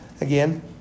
again